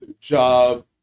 Job